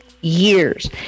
years